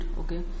okay